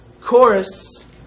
chorus